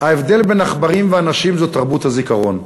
ההבדל בין עכברים ואנשים הוא תרבות הזיכרון.